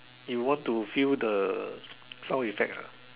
you want to feel the sound effect ah